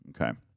Okay